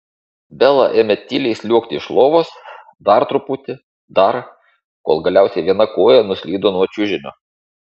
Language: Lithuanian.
bela ėmė tyliai sliuogti iš lovos dar truputį dar kol galiausiai viena koja nuslydo nuo čiužinio